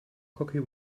cocky